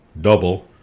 double